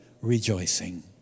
rejoicing